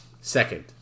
Second